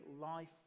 life